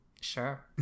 Sure